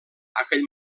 aquell